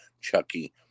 Chucky